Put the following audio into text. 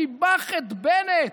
שיבח את בנט,